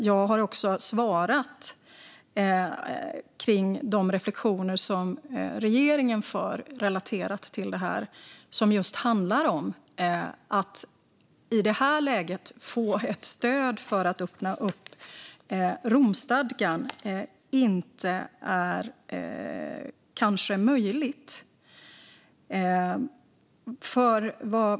Jag har också svarat om de reflektioner som regeringen gör relaterat till det här, som handlar om att det i det här läget kanske inte är möjligt att få stöd för att öppna upp Romstadgan.